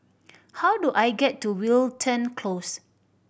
how do I get to Wilton Close